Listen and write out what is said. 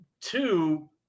Two